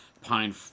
Pine